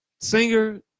singer